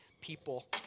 people